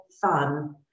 fun